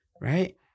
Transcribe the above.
right